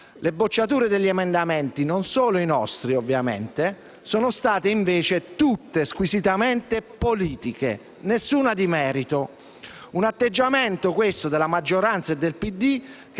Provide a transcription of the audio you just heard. Le bocciature degli emendamenti, non solo i nostri ovviamente, sono state invece tutte squisitamente politiche, nessuna di merito. Un atteggiamento, questo della maggioranza e del PD,